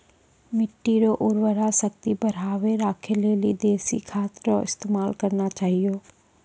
मिट्टी रो उर्वरा शक्ति बढ़ाएं राखै लेली देशी खाद रो इस्तेमाल करना चाहियो